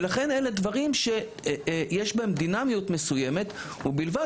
ולכן אלה דברים שיש בהם דינמיות מסוימת ובלבד